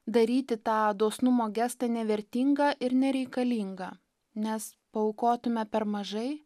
daryti tą dosnumo gestą nevertinga ir nereikalinga nes paaukotume per mažai